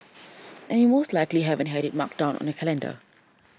and you most likely haven't had it marked down on your calendar